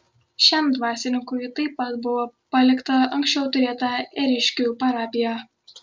šiam dvasininkui taip pat buvo palikta anksčiau turėta ėriškių parapija